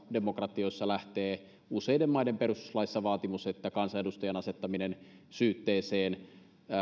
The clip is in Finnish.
demokratioissa lähtee useiden maiden perustuslaissa vaatimus että kansanedustajan asettaminen syytteeseen